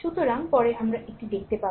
সুতরাং পরে আমরা এবং এটি দেখতে পাবো